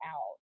Out